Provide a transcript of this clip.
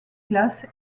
classe